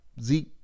Zeke